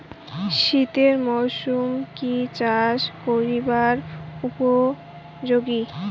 শীতের মরসুম কি চাষ করিবার উপযোগী?